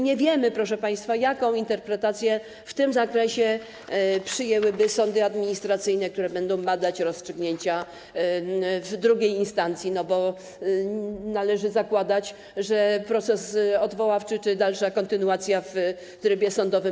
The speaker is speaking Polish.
Nie wiemy, proszę państwa, jaką interpretację w tym zakresie przyjęłyby sądy administracyjne, które będą badać rozstrzygnięcia w II instancji, bo należy zakładać, że będzie się toczył proces odwoławczy czy dalsza kontynuacja w trybie sądowym.